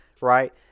Right